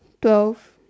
twelve